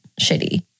shitty